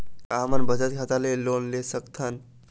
का हमन बचत खाता ले लोन सकथन?